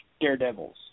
Daredevil's